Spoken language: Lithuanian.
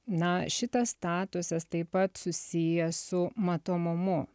na šitas statusas taip pat susijęs su matomumu